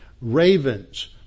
ravens